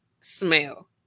smell